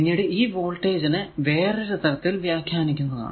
പിന്നീട് ഈ വോൾടേജ് നെ വേറൊരു തരത്തിൽ വ്യാഖ്യാനിക്കുന്നതാണ്